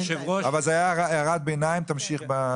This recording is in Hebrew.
זו רק הערת ביניים, תמשיך.